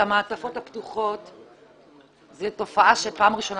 המעטפות הפתוחות זו תופעה שפעם ראשונה